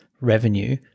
revenue